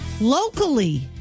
locally